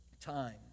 time